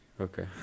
Okay